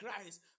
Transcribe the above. Christ